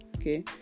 okay